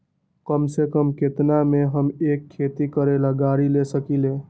कम से कम केतना में हम एक खेती करेला गाड़ी ले सकींले?